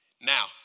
Now